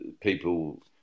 people